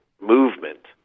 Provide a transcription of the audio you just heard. movement